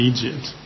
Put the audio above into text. Egypt